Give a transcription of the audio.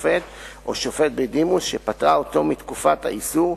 שופט או שופט בדימוס שפטרה אותו מתקופת האיסור,